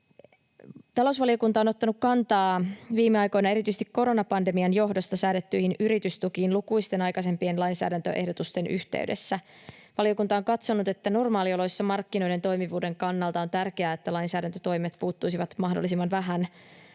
Talousvaliokunta on ottanut kantaa viime aikoina erityisesti koronapandemian johdosta säädettyihin yritystukiin lukuisten aikaisempien lainsäädäntöehdotusten yhteydessä. Valiokunta on katsonut, että normaalioloissa markkinoiden toimivuuden kannalta on tärkeää, että lainsäädäntötoimet puuttuisivat mahdollisimman vähän